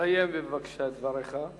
תסיים בבקשה את דבריך.